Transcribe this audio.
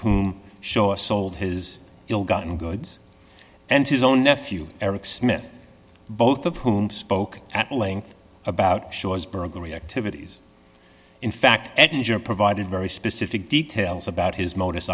whom shaw sold his ill gotten goods and his own nephew eric smith both of whom spoke at length about shores burglary activities in fact and injure provided very specific details about his modus